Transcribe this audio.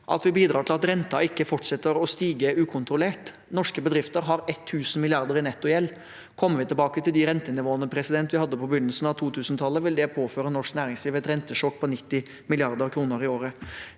at vi bidrar til at renten ikke fortsetter å stige ukontrollert. Norske bedrifter har 1 000 mrd. kr i nettogjeld. Kommer vi tilbake til de rentenivåene vi hadde på begynnelsen av 2000-tallet, vil det påføre norsk næringsliv et rentesjokk på 90 mrd. kr i året.